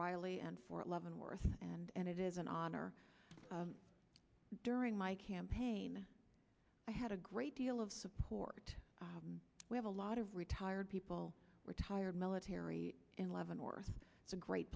riley and fort leavenworth and it is an honor during my campaign i had a great deal of support we have a lot of retired people were tired military in leavenworth it's a great